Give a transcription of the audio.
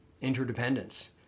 interdependence